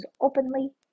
openly